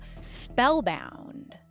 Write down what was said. Spellbound